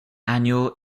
annual